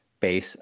base